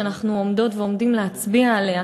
שאנחנו עומדות ועומדים להצביע עליה,